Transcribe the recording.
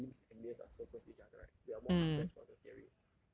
our prelims and mid years are so close to each other right we are more hard pressed for the theory